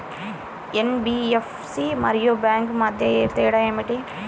NBFC మరియు bank మధ్య తేడా ఏమిటి?